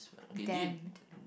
damned